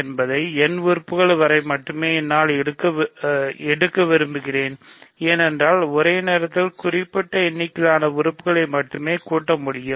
என்பதை n உறுப்புகள் வரை மட்டுமே எடுக்க விரும்புகிறோம் ஏனென்றால் ஒரே நேரத்தில் குறிப்பிட்ட எண்ணிக்கையிலான உறுப்புகளை மட்டுமே கூட்ட முடியும்